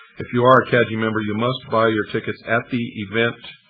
if you are a caji member, you must buy your tickets at the event.